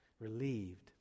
relieved